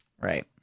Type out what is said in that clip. right